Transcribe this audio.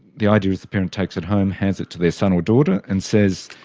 the idea is the parents takes it home, hands it to their son or daughter and says,